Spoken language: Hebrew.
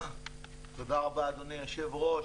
תודה רבה, אדוני היושב-ראש.